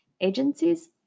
agencies